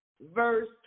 verse